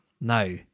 now